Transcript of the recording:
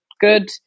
good